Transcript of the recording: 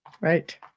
right